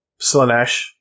Slanesh